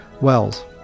Wells